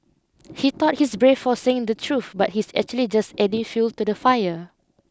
he thought he's brave for saying the truth but he's actually just adding fuel to the fire